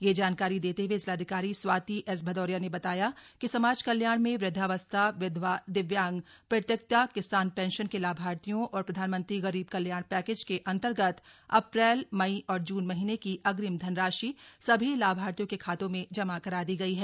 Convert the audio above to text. यह जानकारी देते हुए जिलाधिकारी स्वाति एस भदौरिया ने बताया कि समाज कल्याण में वृद्धावस्था विधवा दिव्यांग परित्यक्ता किसान पेंशन के लाभार्थियों और प्रधानमंत्री गरीब कल्याण पैकेज के अन्तर्गत अप्रैल मई और जून महीने की अग्रिम धनराशि सभी लाभार्थियों के खातों में जमा करा दी गई है